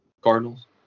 Cardinals